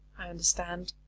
i understand.